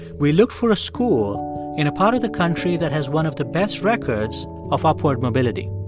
we looked for a school in a part of the country that has one of the best records of upward mobility.